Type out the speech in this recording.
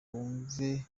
wumve